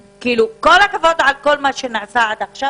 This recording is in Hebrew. כל הכבוד על מה שנעשה עד עכשיו,